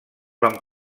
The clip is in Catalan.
van